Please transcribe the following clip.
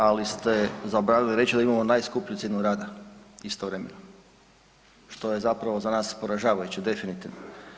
Ali ste zaboravili reći da imamo najskuplju cijenu rada istovremeno što je zapravo za nas poražavajuće definitivno.